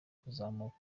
kuzamuka